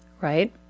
right